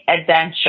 adventure